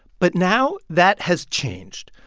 but now that has changed.